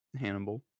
Hannibal